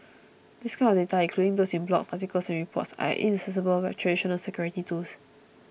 this kind of data including those in blogs articles and reports are inaccessible by traditional security tools